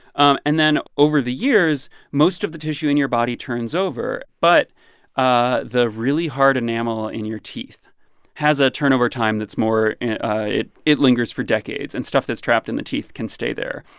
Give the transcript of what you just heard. um and then over the years, most of the tissue in your body turns over. but ah the really hard enamel in your teeth has a turnover time that's more it it lingers for decades. and stuff that's trapped in the teeth can stay there.